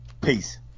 Peace